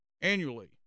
annually